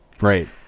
Right